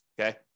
Okay